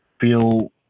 feel